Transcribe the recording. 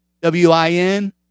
W-I-N